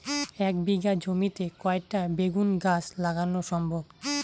এক বিঘা জমিতে কয়টা বেগুন গাছ লাগানো সম্ভব?